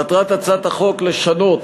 מטרת הצעת החוק היא לשנות